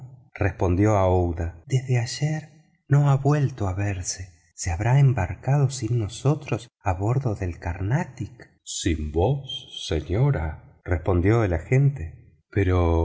respondió aouida desde ayer no ha vuelto a verse se habrá embarcado sin nosotros a bordo del carnatic sin vos señora respondió el agente pero